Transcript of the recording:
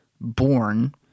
born